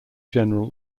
general